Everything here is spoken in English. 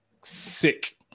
sick